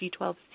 G12C